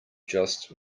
just